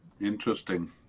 interesting